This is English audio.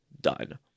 done